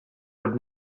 would